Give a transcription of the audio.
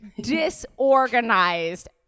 disorganized